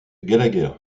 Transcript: gallagher